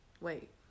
wait